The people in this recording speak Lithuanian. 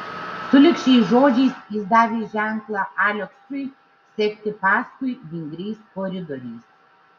sulig šiais žodžiais jis davė ženklą aleksui sekti paskui vingriais koridoriais